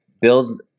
build